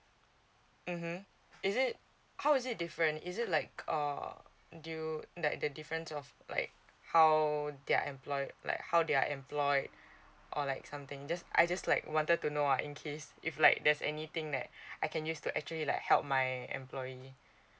mm is it how is it different is it like uh do you like the difference of like how they are employed like how they are employed or like something just I just like wanted to know uh in case if like there's anything that I can use to actually like help my employee